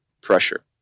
pressure